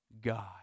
God